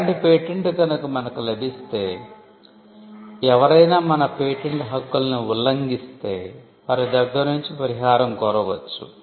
ఇలాంటి పేటెంట్ కనుక మనకు లభిస్తే ఎవరైనా మన పేటెంట్ హక్కుల్ని ఉల్లంఘిస్తే వారి దగ్గర్నుంచి పరిహారం కోరవచ్చు